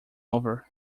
over